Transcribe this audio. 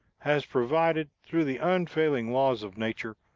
has provided, through the unfailing laws of nature,